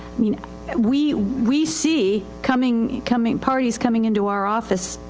i mean we, we see coming, coming, parties coming into our office,